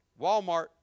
Walmart